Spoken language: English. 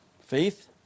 Faith